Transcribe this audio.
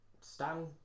Stan